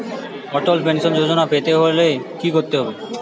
অটল pension Yojana পেতে হলে কি করতে হবে?